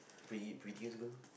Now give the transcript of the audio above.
pretty prettiest girl